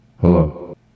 hello